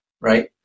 right